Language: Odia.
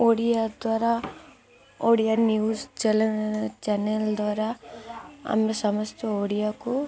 ଓଡ଼ିଆ ଦ୍ୱାରା ଓଡ଼ିଆ ନ୍ୟୁଜ୍ ଚ୍ୟାନେଲ୍ ଦ୍ୱାରା ଆମେ ସମସ୍ତେ ଓଡ଼ିଆକୁ